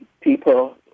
people